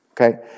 Okay